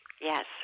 Yes